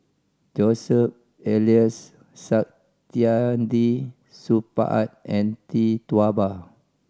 Joseph Elias Saktiandi Supaat and Tee Tua Ba